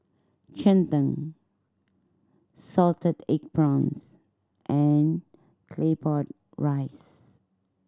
cheng tng salted egg prawns and Claypot Rice